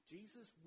Jesus